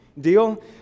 Deal